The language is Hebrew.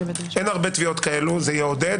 אין הרבה תביעות כאלה וזה יעודד,